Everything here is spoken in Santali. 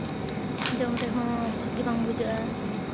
ᱡᱚᱢ ᱨᱮᱦᱚᱸ ᱵᱷᱟᱹᱜᱤ ᱵᱟᱝ ᱵᱩᱡᱷᱟᱹᱜᱼᱟ